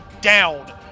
down